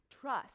trust